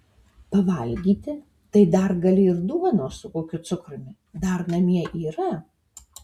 pavalgyti tai dar gali ir duonos su kokiu cukrumi dar namie yra